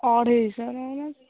ଅଢ଼େଇଶହ ନେଉନାହାନ୍ତି